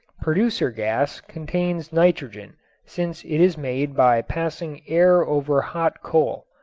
producer gas contains nitrogen since it is made by passing air over hot coal.